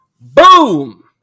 Boom